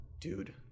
Dude